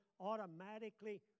automatically